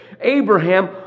Abraham